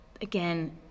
again